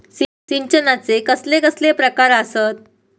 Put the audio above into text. सिंचनाचे कसले कसले प्रकार आसत?